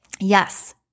Yes